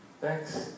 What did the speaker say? Thanks